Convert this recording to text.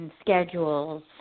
schedules